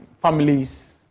families